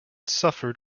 suffered